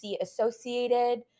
associated